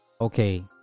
okay